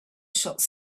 shots